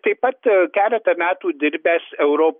taip pat keletą metų dirbęs euro